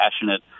passionate